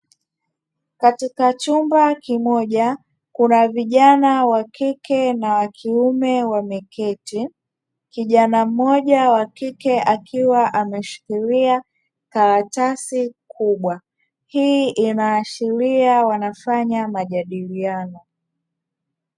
Katika chumba kimoja kuna vijana wa kike na wa kiume wameketi, kijana mmoja wa kike akiwa ameshikilia karatasi kubwa. Hii inaashiria wanafanya majadiliano.